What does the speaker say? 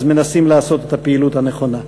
אז מנסים לעשות את הפעילות הנכונה.